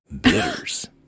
Bitters